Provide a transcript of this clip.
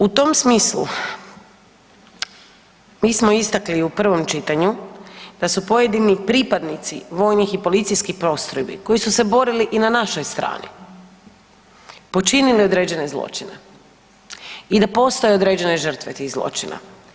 U tom smislu mi smo istakli i u prvom čitanju, da su pojedini pripadnici vojnih i policijskih postrojbi koji su se borili i na našoj strani počinili određene zločine i da postoje određene žrtve tih zločina.